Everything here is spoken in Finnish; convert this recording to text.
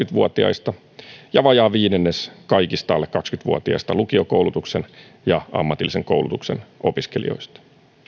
vuotiaista ja vajaa viidennes kaikista alle kaksikymmentä vuotiaista lukiokoulutuksen ja ammatillisen koulutuksen opiskelijoista